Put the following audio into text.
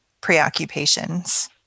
preoccupations